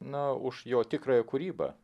na už jo tikrąją kūrybą